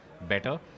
better